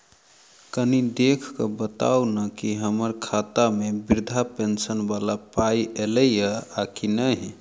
कनि देख कऽ बताऊ न की हम्मर खाता मे वृद्धा पेंशन वला पाई ऐलई आ की नहि?